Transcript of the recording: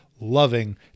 loving